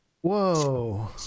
Whoa